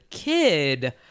kid